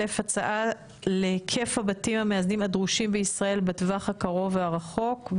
א' הצעה להיקף הבתים המאזנים הדרושים בישראל בטווח הקרוב והרחוק,